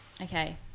Okay